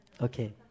okay